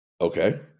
Okay